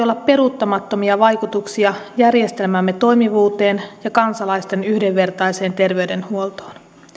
olla peruuttamattomia vaikutuksia järjestelmämme toimivuuteen ja kansalaisten yhdenvertaiseen terveydenhuoltoon